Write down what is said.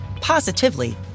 positively